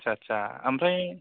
आच्छा आच्छा ओमफ्राय